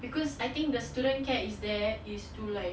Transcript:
because I think the student care is there is to like